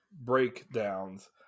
breakdowns